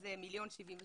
שזה 1.73 מיליון שקלים.